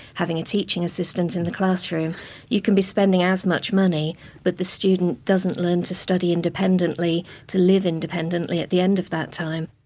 having a teaching assistant in the classroom you can be spending as much money but the student doesn't learn to study independently to live independently at the end of that time.